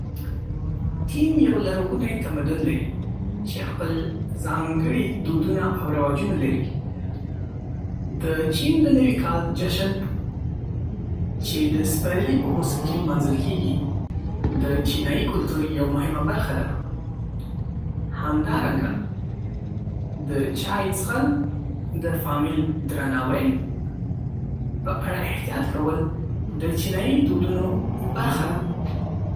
چین یو لرغونی تمدن لري چې خپل ځانګړي دودونه او رواجونه لري. د چین د نوي کال جشن، چې د سپرلي په موسم کې لمانځل کېږي، د چینایي کلتور یوه مهمه برخه ده. همدارنګه، د چای څښل، د فامیل درناوی، او د دروګانو په اړه احتیاط کول د چینایي دودونو برخه ده.